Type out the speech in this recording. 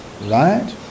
right